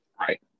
Right